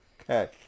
Okay